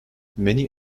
many